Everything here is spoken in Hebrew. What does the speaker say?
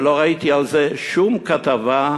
ולא ראיתי על זה שום כתבה,